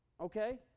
okay